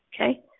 Okay